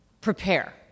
prepare